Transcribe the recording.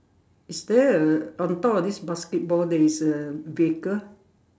is there a on top of this basketball there is a vehicle